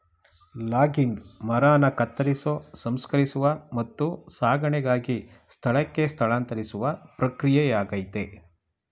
logging ಮರನ ಕತ್ತರಿಸೋ ಸಂಸ್ಕರಿಸುವ ಮತ್ತು ಸಾಗಣೆಗಾಗಿ ಸ್ಥಳಕ್ಕೆ ಸ್ಥಳಾಂತರಿಸುವ ಪ್ರಕ್ರಿಯೆಯಾಗಯ್ತೆ